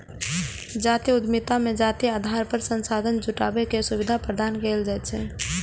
जातीय उद्यमिता मे जातीय आधार पर संसाधन जुटाबै के सुविधा प्रदान कैल जाइ छै